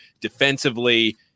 Defensively